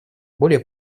более